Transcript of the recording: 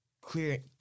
clear